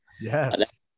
Yes